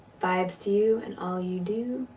vibes to you, and all you do.